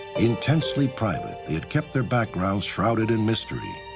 intensely private, they had kept their backgrounds shrouded in mystery.